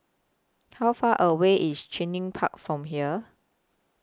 How Far away IS Cluny Park from here